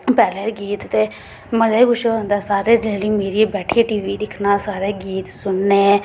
पैह्लें एह् गीत ते मज़ा ई कुछ होर होंदा सारें रली मिलियै बैठियै टीवी दिक्खना ते गीत सुनना